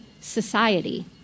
society